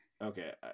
Okay